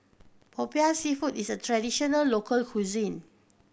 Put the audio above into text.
Popiah Seafood is a traditional local cuisine